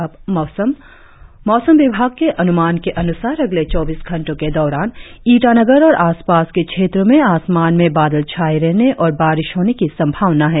और अब मौसम मौसम विभाग के अनुमान के अनुसार अगले चौबीस घंटो के दौरान ईटानगर और आसपास के क्षेत्रो में आसमान में बादल छाये रहने और बारिश होने की संभावना है